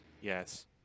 Yes